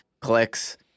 clicks